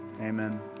Amen